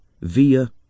via